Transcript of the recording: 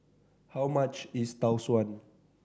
how much is Tau Suan